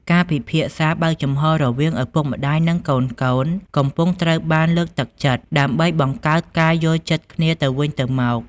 ការពិភាក្សាបើកចំហររវាងឪពុកម្ដាយនិងកូនៗកំពុងត្រូវបានលើកទឹកចិត្ត ដើម្បីបង្កើតការយល់ចិត្តគ្នាទៅវិញទៅមក។